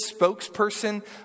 spokesperson